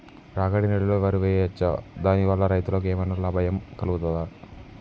రాగడి నేలలో వరి వేయచ్చా దాని వల్ల రైతులకు ఏమన్నా భయం కలుగుతదా?